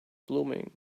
blooming